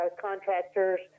contractors